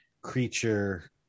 creature